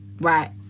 right